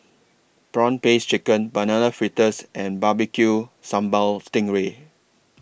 Prawn Paste Chicken Banana Fritters and Barbecue Sambal Sting Ray